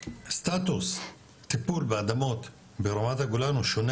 סטטוס טיפול באדמות ברמת הגולן הוא שונה